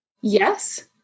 Yes